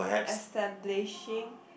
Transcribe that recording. establishing